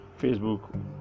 facebook